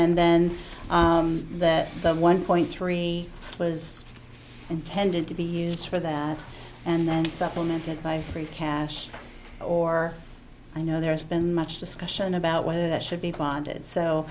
and then that one point three was intended to be used for that and then supplemented by free cash or i know there's been much discussion about whether that should be bonded so